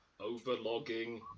Overlogging